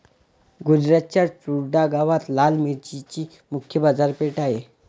गुजरातच्या चुडा गावात लाल मिरचीची मुख्य बाजारपेठ आहे